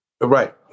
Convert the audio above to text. Right